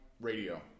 radio